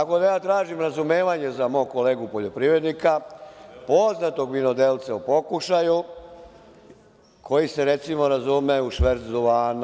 Tako da ja tražim razumevanje za mog kolegu poljoprivrednika, poznatog vinodelca u pokušaju koji se, recimo, razume u šverc duvana…